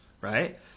right